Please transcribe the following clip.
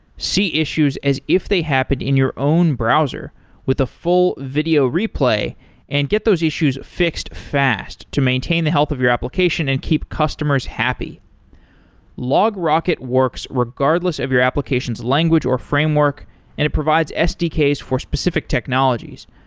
see issues as if they happen in your own browser with a full video replay and get those issues fixed fast to maintain the health of your application and keep customers happy logrocket works regardless of your applications language, or framework and it provides sdks for specific technologies.